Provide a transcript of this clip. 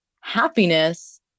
happiness